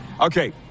Okay